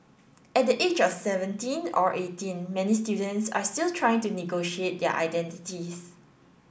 at the age of seventeen or eighteen many students are still trying to negotiate their identities